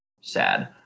sad